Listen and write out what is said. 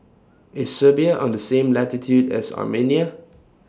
IS Serbia on The same latitude as Armenia